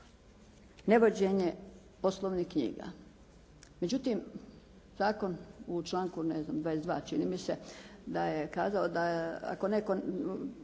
ne vođenje poslovnih knjiga. Međutim zakon u članku ne znam, 22. čini mi se da je kazao ako neko,